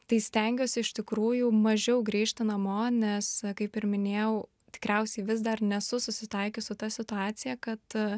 tai stengiuosi iš tikrųjų mažiau grįžti namo nes kaip ir minėjau tikriausiai vis dar nesu susitaikius su ta situacija kad